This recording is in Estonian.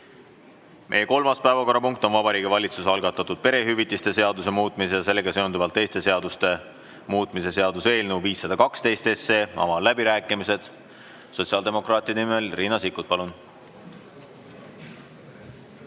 Meie kolmas päevakorrapunkt on Vabariigi Valitsuse algatatud perehüvitiste seaduse muutmise ja sellega seonduvalt teiste seaduste muutmise seaduse eelnõu 512. Avan läbirääkimised. Sotsiaaldemokraatide nimel Riina Sikkut, palun!